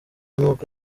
uko